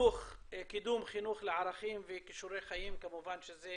קידום חינוך לערכים וכישורי חיים, כמובן שזה